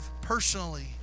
personally